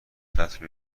سطل